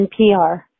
NPR